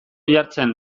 jartzen